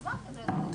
כל טוב.